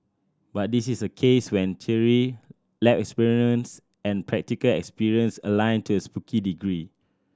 but this is a case when theory lab experiments and practical experience align to a spooky degree